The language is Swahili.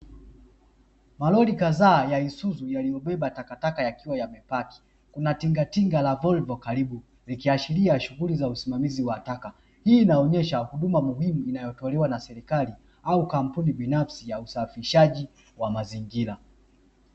Malori kazaa ya isuzu yaliyobeba takataka yakiwa yamepaki Kuna tingatinga la volvo karibu ikiashiria shughuli za usimamizi wa taka, hii inaonyesha huduma inayotolewa na serikali au kampuni binafsi ya usafishaji wa mazingira.